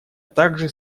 также